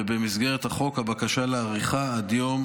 ובמסגרת הצעת החוק, הבקשה היא להאריכה עד ליום